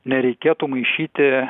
nereikėtų maišyti